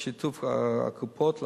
בשיתוף הקופות,